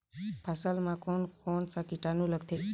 फसल मा कोन कोन सा कीटाणु लगथे?